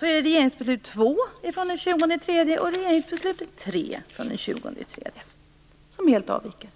regeringsbeslut 2 från den 20 mars och regeringsbeslut 3 från den 20 mars som helt avviker.